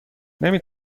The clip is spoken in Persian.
نمی